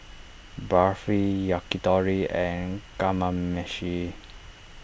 Barfi Yakitori and Kamameshi